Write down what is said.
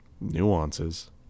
Nuances